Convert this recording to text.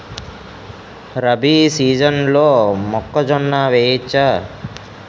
రబీ సీజన్లో మొక్కజొన్న వెయ్యచ్చా?